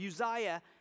Uzziah